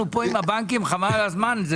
אנחנו פה עם הבנקים חבל על הזמן.